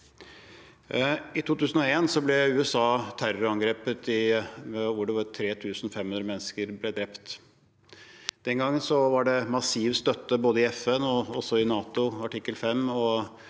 I 2001 ble USA terrorangrepet, og 3 500 mennesker ble drept. Den gangen var det massiv støtte både i FN og også i NATOs artikkel 5.